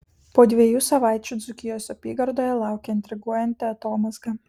po dviejų savaičių dzūkijos apygardoje laukia intriguojanti atomazga